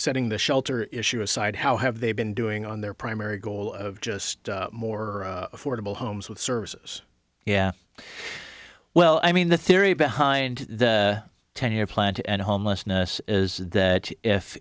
setting the shelter issue aside how have they been doing on their primary goal of just more affordable homes with services yeah well i mean the theory behind the ten year plan to end homelessness is that if